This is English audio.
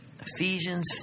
Ephesians